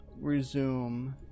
resume